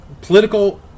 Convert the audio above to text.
Political